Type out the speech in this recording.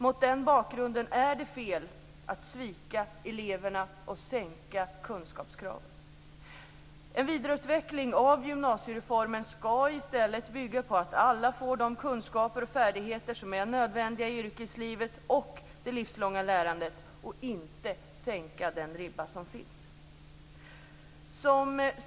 Mot den bakgrunden är det fel att svika eleverna och sänka kunskapskraven. En vidareutveckling av gymnasiereformen skall i stället bygga på att alla får de kunskaper och färdigheter som är nödvändiga i yrkeslivet och för det livslånga lärandet - inte sänka den ribba som finns.